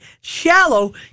shallow